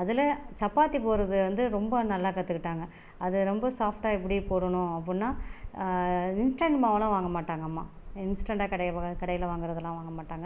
அதுல சப்பாத்தி போடுறது வந்து ரொம்ப நல்லா கற்றுகிட்டாங்க அது ரொம்ப சாஃப்டா எப்படி போடணும் அப்படினா இன்ஸ்டன்ட் மாவுலா வாங்க மாட்டாங்க அம்மா இன்ஸ்டன்டா கடையில் வாங்குறதலாம் வாங்க மாட்டாங்க